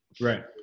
Right